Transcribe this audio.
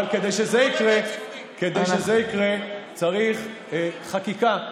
אבל כדי שזה יקרה, צריך חקיקה.